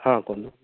ହଁ କୁହନ୍ତୁ